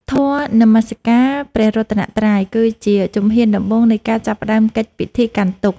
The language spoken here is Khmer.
ធម៌នមស្ការព្រះរតនត្រ័យ គឺជាជំហានដំបូងនៃការចាប់ផ្ដើមកិច្ចពិធីកាន់ទុក្ខ។